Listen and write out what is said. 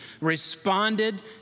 responded